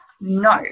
No